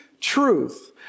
truth